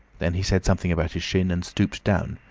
then he said something about his shin, and stooped down.